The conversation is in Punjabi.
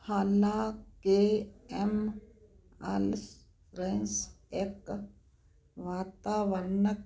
ਹਾਲਾਂਕਿ ਐਮ ਅਲਸਰੈਂਸ ਇੱਕ ਵਾਤਾਵਰਣਕ